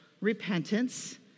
repentance